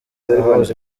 ahahoze